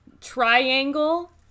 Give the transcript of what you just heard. triangle